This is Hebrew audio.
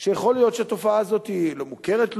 יכול להיות שהתופעה הזאת לא מוכרת לו,